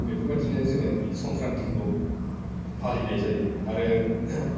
बेफोरबायदिनो जोङो संक्रान्तिखौ फालिनाय जायो आरो